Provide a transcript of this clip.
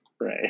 Right